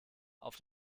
auf